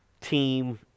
team